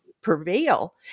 prevail